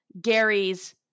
Gary's